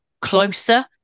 closer